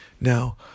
Now